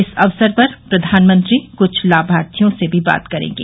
इस अवसर पर प्रधानमंत्री कुछ लाभार्थियों से भी बात करेंगे